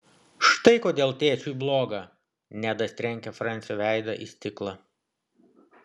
štai kodėl tėčiui bloga nedas trenkė fransio veidą į stiklą